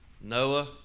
Noah